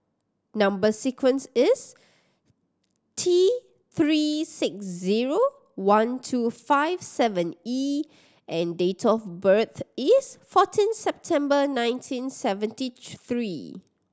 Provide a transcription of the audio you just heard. number sequence is T Three six zero one two five seven E and date of birth is fourteen September nineteen seventy three